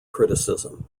criticism